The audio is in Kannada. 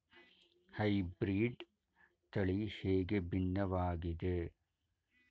ಹೈಬ್ರೀಡ್ ತಳಿ ಹೇಗೆ ಭಿನ್ನವಾಗಿದೆ?